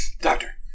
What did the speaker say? Doctor